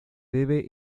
debe